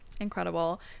Incredible